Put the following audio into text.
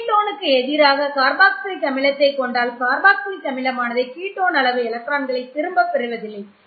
keto னுக்கு எதிராக carboxylic அமிலத்தை கொண்டால் கார்பாக்சிலிக் அமிலமானது கீட்டோன் அளவு எலக்ட்ரான்களை திரும்ப பெறுவதில்லை